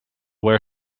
where